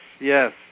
Yes